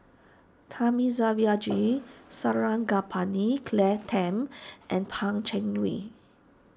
Thamizhavel G Sarangapani Claire Tham and Pan Cheng Lui